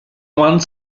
one